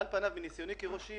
במדינת חוק, כשיש